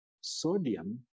sodium